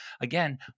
again